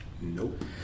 Nope